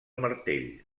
martell